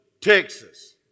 Texas